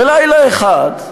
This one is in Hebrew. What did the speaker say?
בלילה אחד,